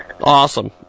awesome